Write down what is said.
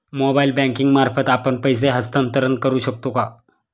Mobile banking मार्फत आपण पैसे हस्तांतरण करू शकतो का?